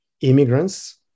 immigrants